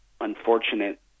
unfortunate